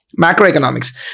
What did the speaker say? Macroeconomics